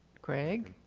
craig?